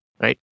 right